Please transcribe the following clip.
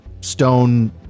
stone